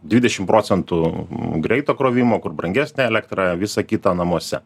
dvidešim procentų greito krovimo kur brangesnė elektra visa kita namuose